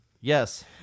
Yes